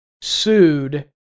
sued